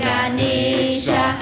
Ganisha